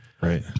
Right